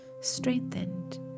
strengthened